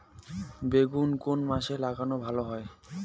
বেগুন কোন মাসে লাগালে ভালো হয়?